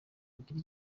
kugira